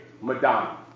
Madonna